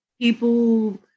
People